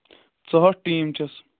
ژُہٲٹھ ٹیٖم چھِس